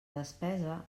despesa